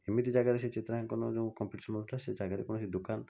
ଏମିତି ଜାଗାରେ ସେ ଚିତ୍ରାଙ୍କନ ଯେଉଁ କମ୍ପିଟିସନ୍ ହେଉଥିଲା ସେ ଜାଗାରେ କୌଣସି ଦୋକାନ